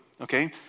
okay